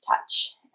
touch